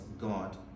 God